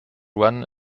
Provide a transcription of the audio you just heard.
one